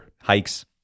hikes